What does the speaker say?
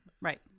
right